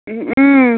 ம் ம்